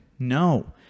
No